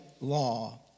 law